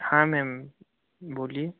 हाँ मैम बोलिए